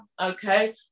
okay